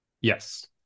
Yes